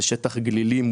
הוא שטח גלילי,